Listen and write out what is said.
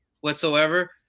whatsoever